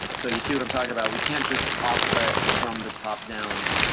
so you see what i'm talking about? we can't just offset from the top down,